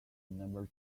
number